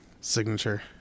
signature